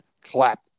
clap